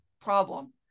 problem